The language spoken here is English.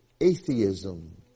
atheism